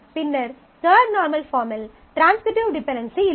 பின்னர் third normal பாஃர்ம்மில் transitive dependency இல்லை